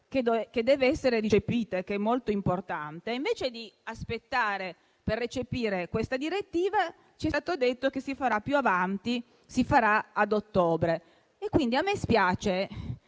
che deve essere recepita e che è molto importante. Invece di aspettare per recepire questa direttiva, ci è stato detto che si farà più avanti, ad ottobre. A me spiace